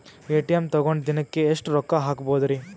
ATM ತಗೊಂಡ್ ದಿನಕ್ಕೆ ಎಷ್ಟ್ ರೊಕ್ಕ ಹಾಕ್ಬೊದ್ರಿ?